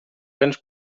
béns